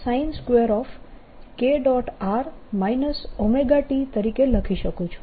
r ωt તરીકે લખી શકું છું